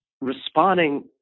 Responding